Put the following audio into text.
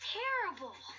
terrible